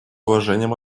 уважением